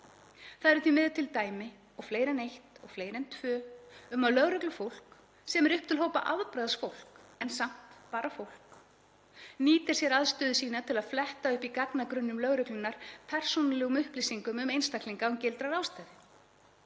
Það eru því miður til dæmi og fleiri en eitt og fleiri en tvö um að lögreglufólk, sem er upp til hópa afbragðsfólk en samt bara fólk, nýti sér aðstöðu sína til að fletta upp í gagnagrunnum lögreglunnar, persónulegum upplýsingum um einstaklinga, án gildra ástæðna.